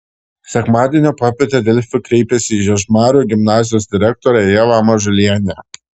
sekmadienio popietę delfi kreipėsi į žiežmarių gimnazijos direktorę ievą mažulienę